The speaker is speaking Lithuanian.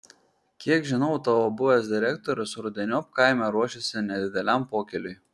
kiek žinau tavo buvęs direktorius rudeniop kaime ruošiasi nedideliam pokyliui